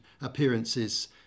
appearances